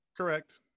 correct